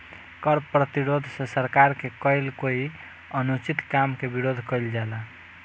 कर प्रतिरोध से सरकार के कईल कोई अनुचित काम के विरोध कईल जाला